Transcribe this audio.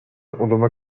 علوم